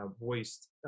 voiced